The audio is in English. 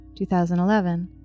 2011